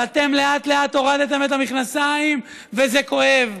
ואתם לאט-לאט הורדתם את המכנסיים, וזה כואב.